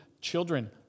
children